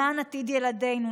למען עתיד ילדינו,